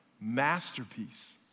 masterpiece